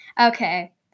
Okay